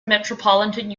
metropolitan